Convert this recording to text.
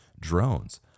drones